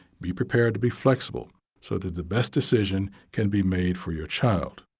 be prepared to be flexible so that the best decision can be made for your child.